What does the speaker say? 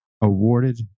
awarded